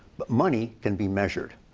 but money can be measured.